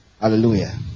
hallelujah